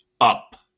up